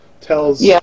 Tells